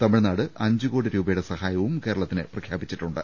തമിഴ്നാട് അഞ്ചു കോടി രൂപയുടെ സഹായവും കേരളത്തിന് പ്രഖ്യാപിച്ചിട്ടുണ്ട്